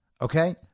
okay